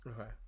Okay